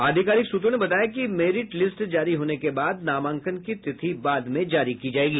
आधिकारिक सूत्रों ने बताया कि मेरिट लिस्ट जारी होने के बाद नामांकन की तिथि बाद में जारी की जायेगी